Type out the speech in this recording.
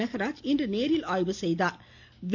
மெகராஜ் இன்று நேரில் ஆய்வு செய்தாா்